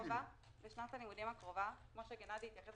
בשנת הלימודים הקרובה, כפי שגנאדי קמינסקי